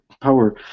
power